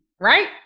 right